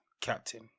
captain